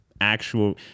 actual